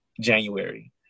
January